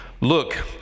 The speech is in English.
Look